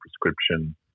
prescription